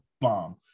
bomb